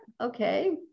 Okay